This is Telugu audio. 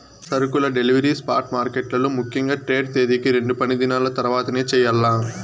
సరుకుల డెలివరీ స్పాట్ మార్కెట్లలో ముఖ్యంగా ట్రేడ్ తేదీకి రెండు పనిదినాల తర్వాతనే చెయ్యాల్ల